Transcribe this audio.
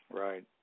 Right